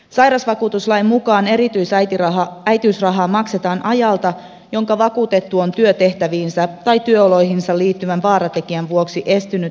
sairausvakuutuslain mukaan erityisäitiysrahaa maksetaan ajalta jonka vakuutettu on työtehtäviinsä tai työoloihinsa liittyvän vaaratekijän vuoksi estynyt tekemästä työtään